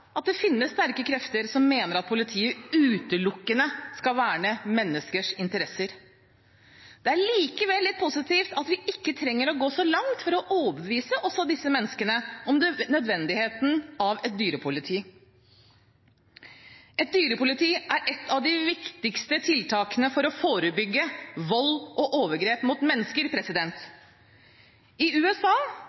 at det finnes sterke krefter som mener at politiet utelukkende skal verne menneskers interesser. Det er likevel litt positivt at vi ikke trenger å gå så langt for å overbevise også disse menneskene om nødvendigheten av et dyrepoliti. Et dyrepoliti er et av de viktigste tiltakene for å forebygge vold og overgrep mot mennesker. I USA